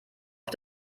auf